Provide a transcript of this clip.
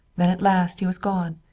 then at last he was gone,